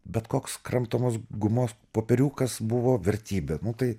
bet koks kramtomos gumos popieriukas buvo vertybė tai